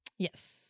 Yes